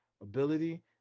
ability